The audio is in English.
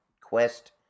quest